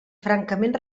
francament